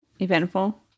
Eventful